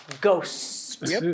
Ghosts